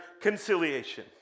conciliation